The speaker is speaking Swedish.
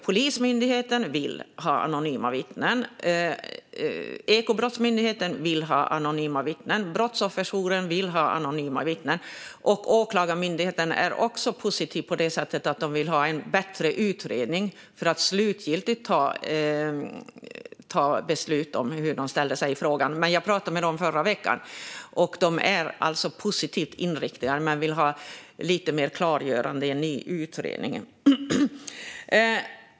Polismyndigheten vill ha anonyma vittnen. Ekobrottsmyndigheten vill ha anonyma vittnen. Brottsofferjouren vill ha anonyma vittnen. Åklagarmyndigheten är också positiv på det sättet att de vill ha en bättre utredning för att slutgiltigt kunna ta beslut om hur de ska ställa sig i frågan. Jag pratade med dem förra veckan. De är positivt inriktade men vill ha lite mer klargörande i en ny utredning.